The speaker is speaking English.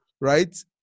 right